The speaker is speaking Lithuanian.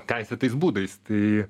teisėtais būdais tai